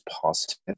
positive